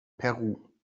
peru